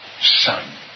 Son